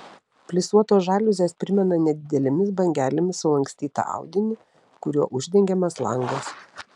plisuotos žaliuzės primena nedidelėmis bangelėmis sulankstytą audinį kuriuo uždengiamas langas